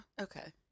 Okay